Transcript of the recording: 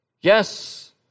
Yes